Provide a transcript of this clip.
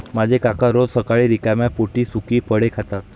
माझे काका रोज सकाळी रिकाम्या पोटी सुकी फळे खातात